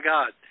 God